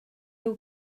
nhw